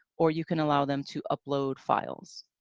or you can allow them to upload files.